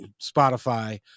Spotify